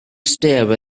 stare